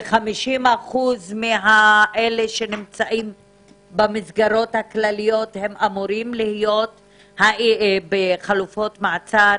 ו-50% מאלה שנמצאים במסגרות הכלליות אמורים להיות בחלופות מעצר?